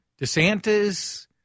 DeSantis